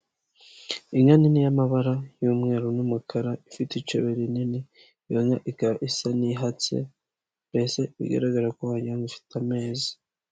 Inka nini y'amabara y'umweru n'umukara ifite icebe rinini, iyo nka ikaba isa n'ihatse mbese bigaragara ko wagira ngo ifite amezi.